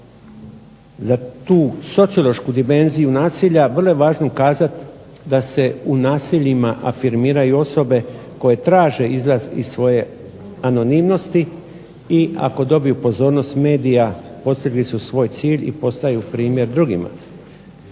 za tu sociološku dimenziju nasilja vrlo je važno kazati da se u nasiljima afirmiraju osobe koje traže izlaz iz svoje anonimnosti i ako dobiju pozornost medija postigli su svoj cilj i postaju primjer drugima.